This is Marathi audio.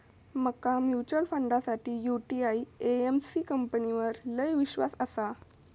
माका म्यूचुअल फंडासाठी यूटीआई एएमसी कंपनीवर लय ईश्वास आसा